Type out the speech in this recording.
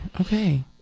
Okay